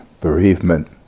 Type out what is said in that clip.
bereavement